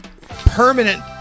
permanent